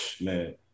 man